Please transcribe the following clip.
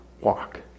walk